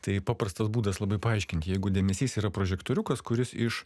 tai paprastas būdas labai paaiškinti jeigu dėmesys yra prožektoriukas kuris iš